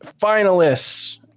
finalists